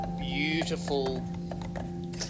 beautiful